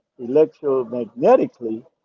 electromagnetically